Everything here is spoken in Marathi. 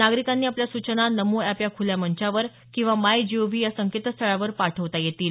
नागरिकांना आपल्या सूचना नमो अॅप या खूल्या मंचावर किंवा मायजीओव्ही या संकेतस्थळावर पाठवता येतील